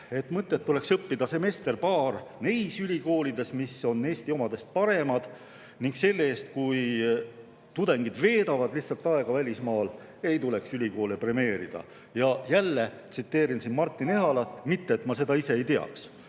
Mõtet oleks õppida semester-paar neis ülikoolides, mis on Eesti omadest paremad. Selle eest, kui tudengid lihtsalt veedavad aega välismaal, ei tuleks ülikoole premeerida. Ma tsiteerin siin Martin Ehalat. Mitte et ma seda ise ei teaks,